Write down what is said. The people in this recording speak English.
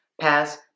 pass